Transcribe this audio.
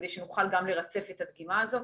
כדי שנוכל גם לרצף את הדגימה הזאת.